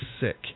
Sick